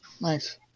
Nice